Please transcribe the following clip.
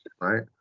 right